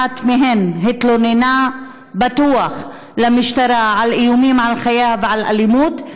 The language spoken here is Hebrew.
אחת מהן בטוח התלוננה במשטרה על איומים על חייה ועל אלימות,